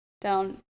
down